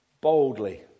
boldly